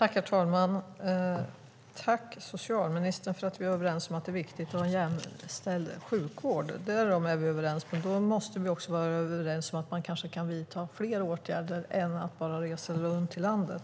Herr talman! Tack, socialministern, för att du håller med om att det är viktigt att ha en jämställd sjukvård. Därom är vi överens, men då måste vi också vara överens om att man kan vidta fler åtgärder än att bara resa runt i landet.